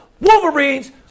Wolverines